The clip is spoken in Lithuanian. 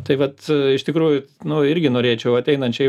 tai vat iš tikrųjų nu irgi norėčiau ateinančiai